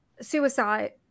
suicide